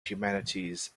humanities